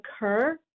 occur